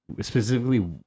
specifically